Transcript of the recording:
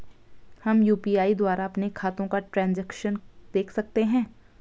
हम यु.पी.आई द्वारा अपने खातों का ट्रैन्ज़ैक्शन देख सकते हैं?